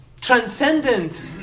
transcendent